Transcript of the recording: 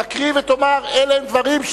תקריא ותאמר: אלה הם דברים,